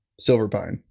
Silverpine